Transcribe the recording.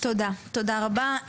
תודה רבה.